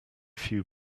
few